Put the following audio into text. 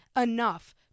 enough